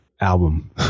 album